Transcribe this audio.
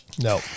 No